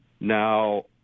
Now